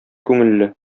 күңелле